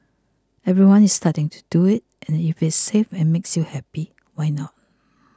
everyone is starting to do it and if it is safe and makes you happy why not